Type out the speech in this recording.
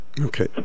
Okay